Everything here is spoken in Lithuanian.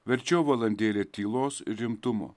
verčiau valandėlė tylos ir rimtumo